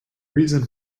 reason